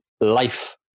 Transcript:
life